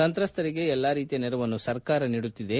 ಸಂತ್ರಸ್ತರಿಗೆ ಎಲ್ಲಾ ರೀತಿಯ ನೆರವನ್ನು ಸರ್ಕಾರ ನೀಡುತ್ತಿದೆ